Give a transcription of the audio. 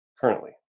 currently